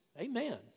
Amen